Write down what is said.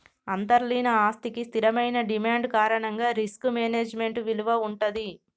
అంతర్లీన ఆస్తికి స్థిరమైన డిమాండ్ కారణంగా రిస్క్ మేనేజ్మెంట్ విలువ వుంటది